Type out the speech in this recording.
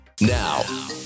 Now